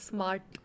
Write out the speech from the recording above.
Smart